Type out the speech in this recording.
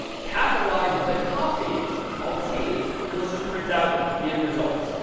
capitalize the copy called t. and let's just print out the end results.